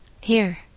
Here